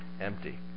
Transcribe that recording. empty